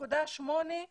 3.8%